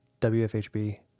WFHB